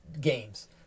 games